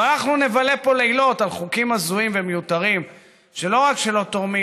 אבל אנחנו נבלה פה לילות על חוקים הזויים ומיותרים שלא רק שלא תורמים